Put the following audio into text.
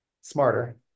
smarter